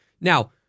Now